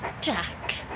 Jack